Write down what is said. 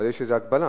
אבל יש איזו הגבלה.